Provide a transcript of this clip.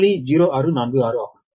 0646 ஆகும்